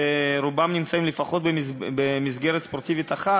ורובם נמצאים לפחות במסגרת ספורטיבית אחת,